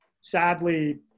sadly